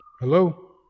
Hello